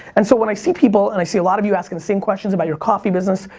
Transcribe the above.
and so when i see people, and i see a lot of you asking the same questions about your coffee business,